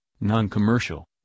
non-commercial